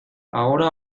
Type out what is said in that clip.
ahora